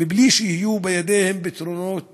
בלי שיהיו בידיהם פתרונות